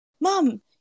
Mom